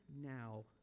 now